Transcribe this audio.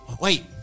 wait